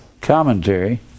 commentary